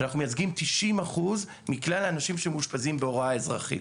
שאנחנו מייצגים 90% מכלל האנשים שמאושפזים בהוראה אזרחית.